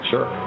Sure